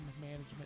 management